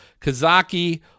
Kazaki